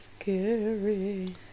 scary